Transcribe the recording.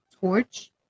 torch